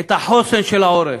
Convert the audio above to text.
את החוסן של העורף.